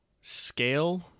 scale